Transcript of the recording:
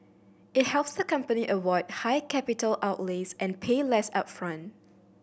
it helps the company avoid high capital outlays and pay less upfront